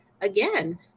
Again